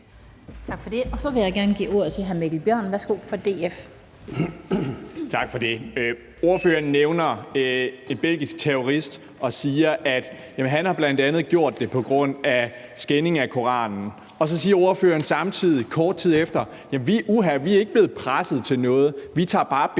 Tak for det. Så vil jeg gerne give ordet til hr. Mikkel Bjørn fra DF. Værsgo. Kl. 18:17 Mikkel Bjørn (DF): Tak for det. Ordføreren nævner den belgiske terrorist og siger, at han bl.a. har gjort det på grund af skænding af Koranen. Og så siger ordføreren samtidig kort tid efter: Uha, vi er ikke blevet presset til noget, vi tager bare bestik